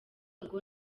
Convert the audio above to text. ngo